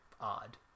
odd